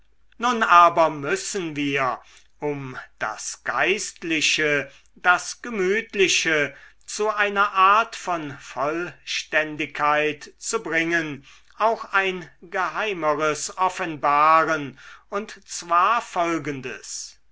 nun aber müssen wir um das geistliche das gemütliche zu einer art von vollständigkeit zu bringen auch ein geheimeres offenbaren und zwar folgendes